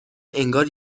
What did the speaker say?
انگار